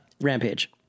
Rampage